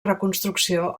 reconstrucció